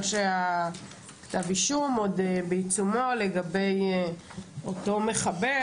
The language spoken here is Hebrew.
שכתב האישום עוד בעיצומו לגבי אותו מחבל,